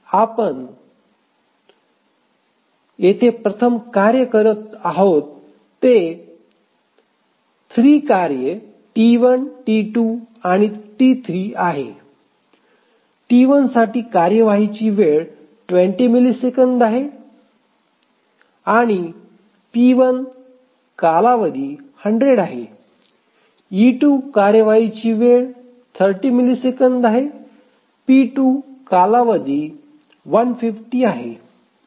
आपण येथे प्रथम कार्य करीत आहोत ते 3 कार्ये T1 T2 आणि T3 आहे आणि T1 साठी कार्यवाहीची वेळ 20 मिलीसेकंद आहे आणि p1 कालावधी 100 आहे e2 कार्यवाहीची वेळ 30 मिलिसेकंद आहे p2 कालावधी 150 आहे